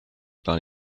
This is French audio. par